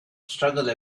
struggle